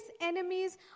enemies